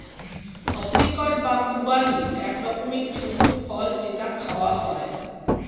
apricot বা খুবানি এক রকমের ছোট্ট ফল যেটা খাওয়া হয়